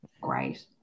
Great